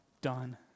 done